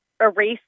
erase